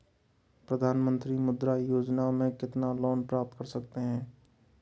प्रधानमंत्री मुद्रा योजना में कितना लोंन प्राप्त कर सकते हैं?